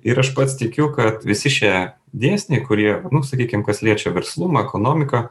ir aš pats tikiu kad visi šie dėsniai kurie nu sakykim kas liečia verslumą ekonomiką